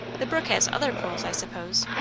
the brook has other pools, i suppose.